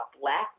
Black